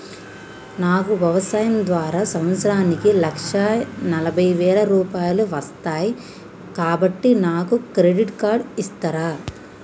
నాకు వ్యవసాయం ద్వారా సంవత్సరానికి లక్ష నలభై వేల రూపాయలు వస్తయ్, కాబట్టి నాకు క్రెడిట్ కార్డ్ ఇస్తరా?